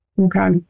Okay